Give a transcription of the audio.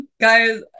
guys